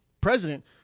president